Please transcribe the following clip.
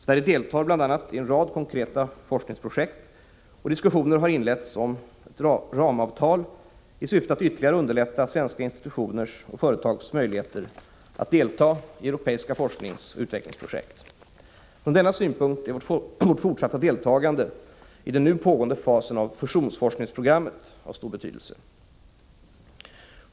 Sverige deltar bl.a. i en rad konkreta forskningsprojekt, och diskussioner har inletts om ett ramavtal i syfte att ytterligare underlätta svenska institutioners och företags möjligheter att delta i europeiska forskningsoch utvecklingsprojekt. Från denna synpunkt är vårt fortsatta deltagande i den nu pågående fasen av fusionsforskningsprogrammet av stor betydelse.